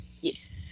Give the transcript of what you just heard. Yes